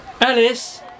Alice